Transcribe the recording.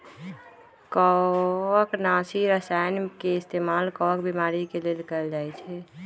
कवकनाशी रसायन के इस्तेमाल कवक बीमारी के लेल कएल जाई छई